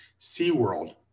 SeaWorld